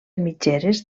mitgeres